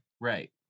Right